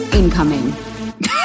incoming